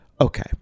okay